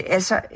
Altså